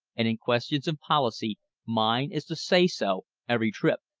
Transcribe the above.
and in questions of policy mine is the say-so every trip.